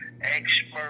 expert